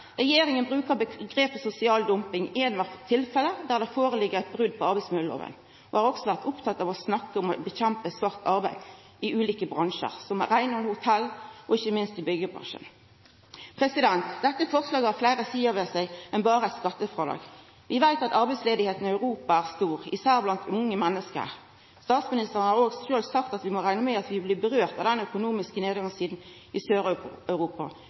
Regjeringa brukar omgrepet «sosial dumping» i alle tilfelle der det ligg føre brot på arbeidsmiljøloven, og dei har også vore opptekne av å kjempa mot svart arbeid i ulike bransjar, som reinhalds- og hotellbransjen og ikkje minst byggjebransjen. Dette forslaget har fleire sider ved seg enn berre skattefrådrag. Vi veit at arbeidsløysa i Europa er stor, især blant unge menneske. Statsministeren har sjølv sagt at vi må rekna med at den økonomiske nedgangstida i Sør-Europa også vil få verknad for oss, noko òg finansministeren tok opp i